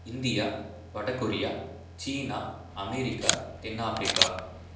India வடகொரியா சீனா America தென்ஆப்பிரிக்கா